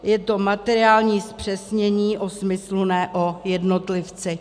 Je to materiální zpřesnění o smyslu, ne o jednotlivci.